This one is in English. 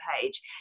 page